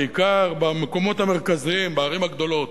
בעיקר במקומות המרכזיים בערים הגדולות,